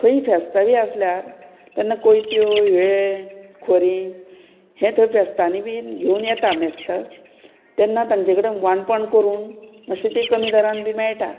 खंय फेस्त बी आसल्यार तेन्ना कोयत्यो विळे खोरीं हे थंय फेस्तांनी बी घेवन येता मेस्त तेन्ना तांचे कडेन वाणपण करून मातशें तें कमी दरान बी मेळटा